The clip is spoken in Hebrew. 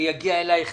יגיע אליך תקציב.